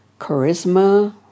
charisma